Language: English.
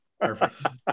Perfect